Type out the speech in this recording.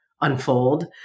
unfold